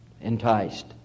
Enticed